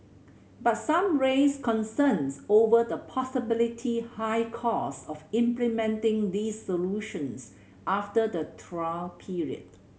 but some raised concerns over the possibility high costs of implementing these solutions after the trial period